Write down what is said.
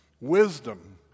wisdom